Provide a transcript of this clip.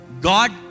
God